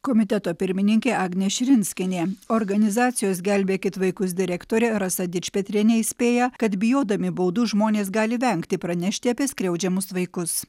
komiteto pirmininkė agnė širinskienė organizacijos gelbėkit vaikus direktorė rasa dičpetrienė įspėja kad bijodami baudų žmonės gali vengti pranešti apie skriaudžiamus vaikus